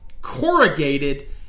corrugated